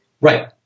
Right